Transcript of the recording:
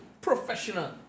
professional